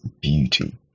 beauty